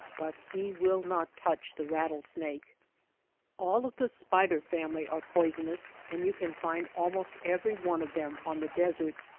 but he will not touch the rattlesnake. all of the spider family are poisonous and you can find almost every one of them on the desert.